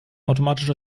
automatische